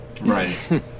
Right